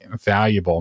valuable